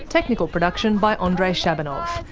technical production by andrei shabunov,